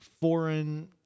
foreign